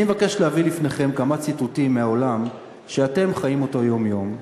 אני מבקש להביא לפניכם כמה ציטוטים מהעולם שאתם חיים אותו יום-יום,